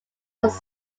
was